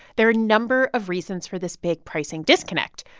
there are a number of reasons for this big pricing disconnect.